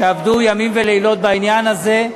שעבדו ימים ולילות בעניין הזה.